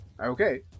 Okay